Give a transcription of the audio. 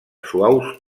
suaus